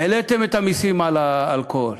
העליתם את המסים על האלכוהול.